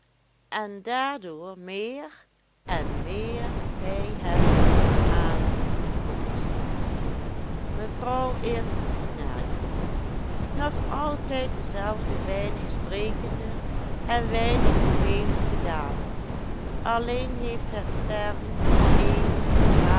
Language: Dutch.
en daardoor meer en meer hij hen in aanzien komt mevrouw is naar ik hoor nog altijd dezelfde weinig sprekende en weinig bewegelijke dame alleen heeft het sterven van een harer